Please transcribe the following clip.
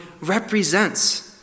represents